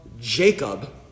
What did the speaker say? Jacob